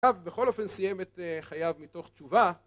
עכשיו בכל אופן סיים את חייו מתוך תשובה